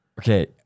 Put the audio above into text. Okay